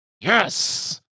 Yes